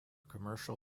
commercial